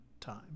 time